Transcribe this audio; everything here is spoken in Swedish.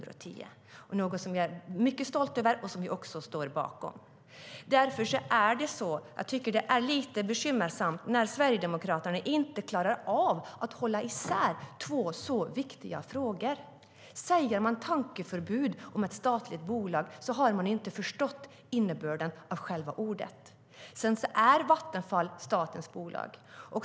Detta är något som jag är mycket stolt över och som vi står bakom. Vattenfall är statens bolag.